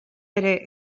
ere